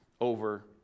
over